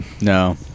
No